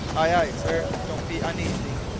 aye, aye, sir don't be uneasy.